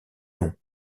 non